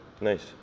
Nice